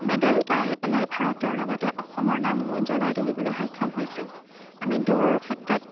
medal পাই পেলাই ভাৰতৰ লগতে অসমৰ নামো উজলাই তুলিবলৈ সক্ষম হৈছে আমি দৌৰৰ ক্ষেত্ৰত